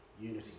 unity